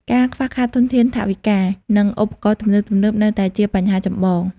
ការខ្វះខាតធនធានថវិកា និងឧបករណ៍ទំនើបៗនៅតែជាបញ្ហាចម្បង។